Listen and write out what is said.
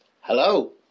Hello